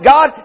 God